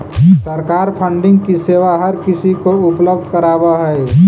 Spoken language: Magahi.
सरकार फंडिंग की सेवा हर किसी को उपलब्ध करावअ हई